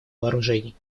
вооружений